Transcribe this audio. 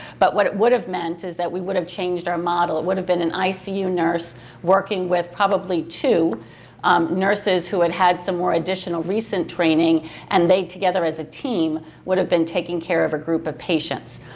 but what it would have meant is that we would have changed our model. it would have been an icu nurse working with probably two um nurses who had had some more additional recent training and they together as a team would have been taking care of a group of patients.